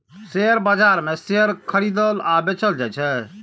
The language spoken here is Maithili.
शेयर बाजार मे शेयर खरीदल आ बेचल जाइ छै